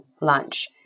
lunch